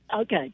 Okay